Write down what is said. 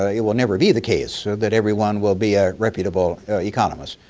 ah it will never be the case so that everyone will be a reputable economist.